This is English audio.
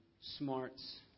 smarts